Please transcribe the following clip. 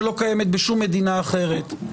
שלא קיימת בשום מדינה אחרת,